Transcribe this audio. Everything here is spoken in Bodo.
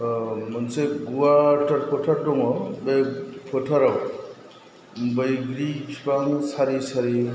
ओह मोनसे गुवारथार फोथार दङ बे फोथाराव बैग्रि फिफां सारि सारि